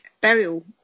burial